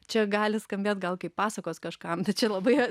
čia gali skambėt gal kaip pasakos kažkam tai čia labai